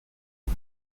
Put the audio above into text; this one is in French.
est